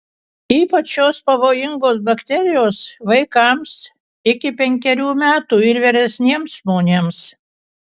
ypač šios pavojingos bakterijos vaikams iki penkerių metų ir vyresniems žmonėms